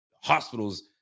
hospitals